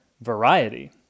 variety